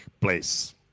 place